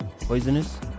poisonous